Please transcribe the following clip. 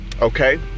Okay